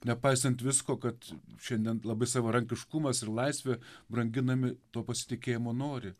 nepaisant visko kad šiandien labai savarankiškumas ir laisvė branginami to pasitikėjimo nori